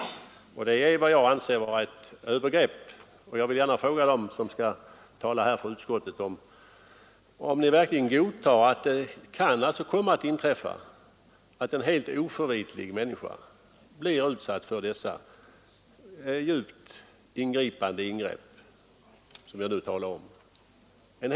Detta anser jag vara ett övergrepp, och jag vill gärna fråga dem som skall tala för utskottet om de verkligen godtar att det kan komma att inträffa att en helt oförvitlig människa blir utsatt för dessa djupgående ingrepp som jag nu talar om.